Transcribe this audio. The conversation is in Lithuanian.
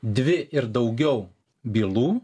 dvi ir daugiau bylų